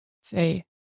say